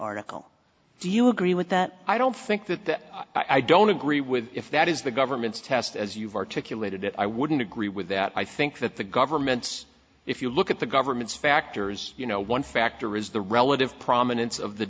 article do you agree with that i don't think that that i don't agree with if that is the government's test as you've articulated it i wouldn't agree with that i think that the government's if you look at the government's factors you know one factor is the relative prominence of the